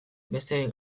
besterik